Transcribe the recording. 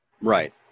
Right